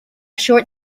short